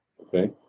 okay